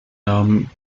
namen